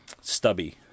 stubby